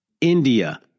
India